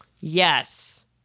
Yes